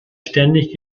ständig